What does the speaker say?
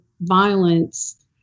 violence